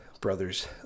Brothers